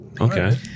Okay